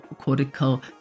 cortical